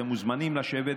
אתם מוזמנים לשבת,